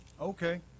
okay